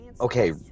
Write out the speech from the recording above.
Okay